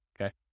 okay